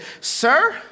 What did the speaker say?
Sir